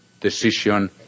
decision